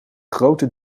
grote